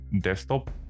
desktop